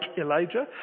Elijah